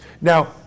Now